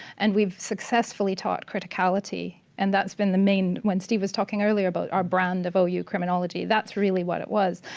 and we've successfully taught criticality. and that's been the main, when steve was talking earlier, about our brand of ou criminology, that's really what it was.